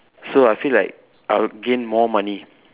so I feel like I would gain more money